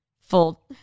full